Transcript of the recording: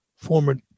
former